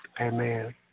Amen